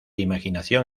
imaginación